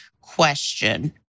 question